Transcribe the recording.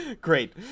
Great